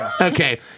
Okay